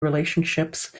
relationships